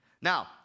Now